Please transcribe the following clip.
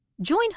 Join